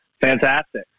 Fantastic